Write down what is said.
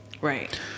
Right